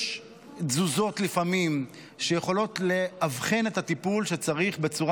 יש לפעמים תזוזות שיכולות לאבחן מה הטיפול שצריך בצורה